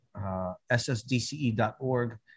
ssdce.org